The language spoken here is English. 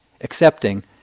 accepting